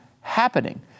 happening